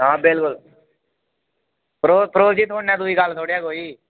हां बिल्कुल परोह्त परोह्त जी थुआढ़े ने दुई गल्ल थोड़ी ऐ कोई